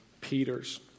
Peter's